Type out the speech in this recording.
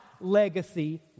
Legacy